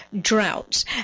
droughts